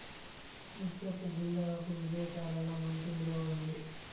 ముత్యపు గుల్లలకు విదేశాలలో మంచి విలువ ఉంది